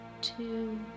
two